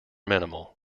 minimal